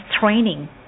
Training